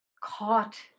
Caught